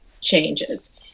changes